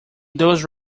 those